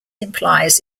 implies